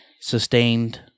sustained